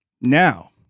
Now